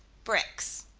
bricks.